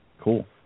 Cool